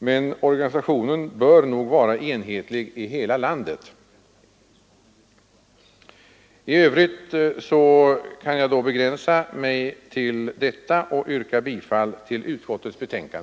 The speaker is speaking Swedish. Men organisationen bör nog vara enhetlig i hela landet. I övrigt kan jag begränsa mig till att yrka bifall till utskottets hemställan.